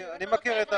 מכיר את ה